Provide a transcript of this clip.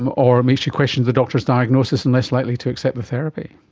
um or it makes you question the doctor's diagnosis and less likely to accept the therapy.